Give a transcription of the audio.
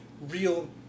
real